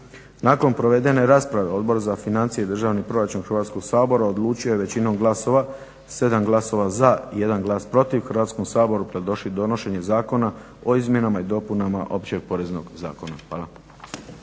Nakon provedene rasprave Odbor za financije i državni proračun Hrvatskog sabora odlučio je većinom glasova, 7 glasova za, 1 glas protiv Hrvatskom saboru predloži donošenje Zakona o izmjenama i dopunama Općeg poreznog zakona.